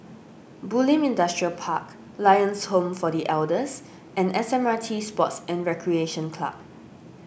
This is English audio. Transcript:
Bulim Industrial Park Lions Home for the Elders and S M R T Sports and Recreation Club